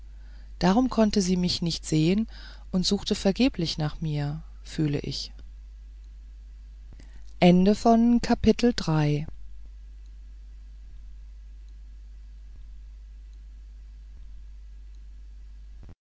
darum konnte sie mich nicht sehen und sucht vergeblich nach mir fühle ich